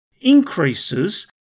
increases